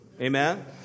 Amen